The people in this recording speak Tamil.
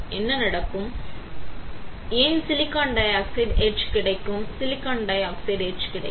என்ன நடக்கும் என் சிலிக்கான் டை ஆக்சைடு எட்ச் கிடைக்கும் சிலிக்கான் டை ஆக்சைடு எட்ச் கிடைக்கும்